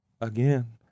again